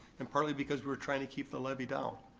and partly because we're trying to keep the levy down.